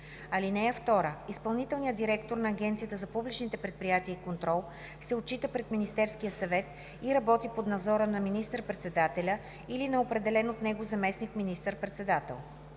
(2) Изпълнителният директор на Агенцията за публичните предприятия и контрол се отчита пред Министерския съвет и работи под надзора на министър-председателя или на определен от него заместник министър-председател.